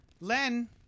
Len